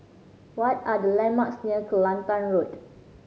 what are the landmarks near Kelantan Road